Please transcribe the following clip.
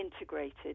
integrated